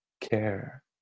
care